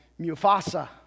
Mufasa